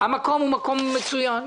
המקום מצוין.